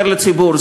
לציבור,